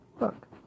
look